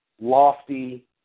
lofty